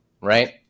right